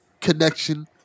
connection